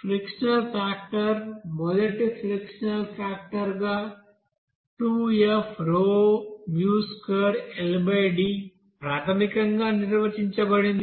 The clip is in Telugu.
ఫ్రిక్షనల్ ఫాక్టర్ మొదటి ఫ్రిక్షనల్ ఫాక్టర్ గా 2fu2Ld ప్రాథమికంగా నిర్వచించబడింది